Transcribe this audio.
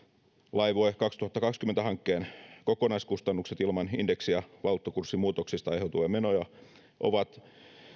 laivue kaksituhattakaksikymmentä hankkeen kokonaiskustannukset ilman indeksi ja valuuttakurssimuutoksista aiheutuvia menoja ovat